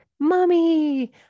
mommy